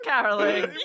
caroling